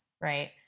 right